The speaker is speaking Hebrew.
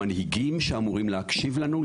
המנהיגים שאמורים להקשיב לנו,